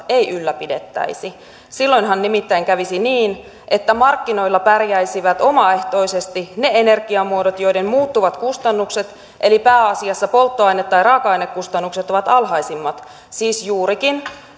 ei ylläpidettäisi silloinhan nimittäin kävisi niin että markkinoilla pärjäisivät omaehtoisesti ne energiamuodot joiden muuttuvat kustannukset eli pääasiassa polttoaine tai raaka ainekustannukset ovat alhaisimmat siis juurikin